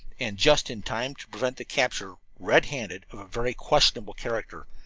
and just in time to prevent the capture red-handed of a very questionable character,